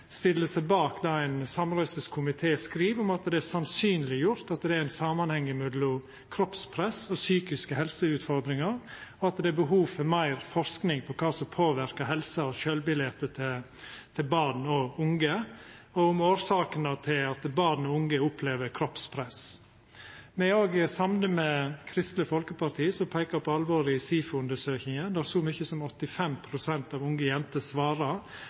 stiller seg bak det ein samrøystes komité skriv om at det er sannsynleggjort at det er ein samanheng mellom kroppspress og psykiske helseutfordringar, og at det er behov for meir forsking om kva som påverkar helsa og sjølvbiletet til barn og unge, og om årsakene til at barn og unge opplever kroppspress. Me er òg samde med Kristeleg Folkeparti, som peikar på alvoret i SIFO-undersøkinga, der så mykje som 85 pst. av unge jenter svarar